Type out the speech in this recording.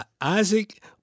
Isaac